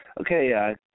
Okay